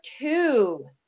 two